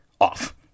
off